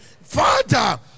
Father